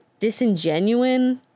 disingenuine